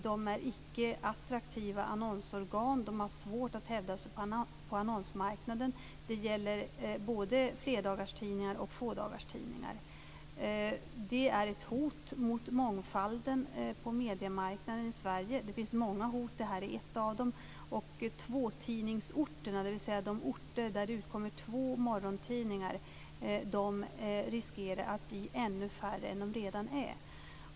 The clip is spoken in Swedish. De är icke attraktiva annonsorgan. De har svårt att hävda sig på annonsmarknaden. Det gäller både flerdagarstidningar och fådagarstidningar. Det är ett hot mot mångfalden på mediemarknaden i Sverige. Det finns många hot. Det här är ett av dem. Tvåtidningsorterna, dvs. de orter där det utkommer två morgontidningar, riskerar att bli färre än de redan är.